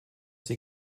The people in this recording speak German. sie